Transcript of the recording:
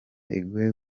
iguhe